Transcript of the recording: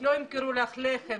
לא ימכרו לך לחם.